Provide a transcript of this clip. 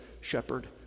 shepherd